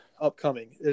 upcoming